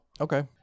Okay